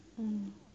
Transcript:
嗯